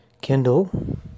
Kindle